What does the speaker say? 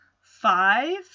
five